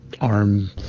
arm